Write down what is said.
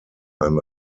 ein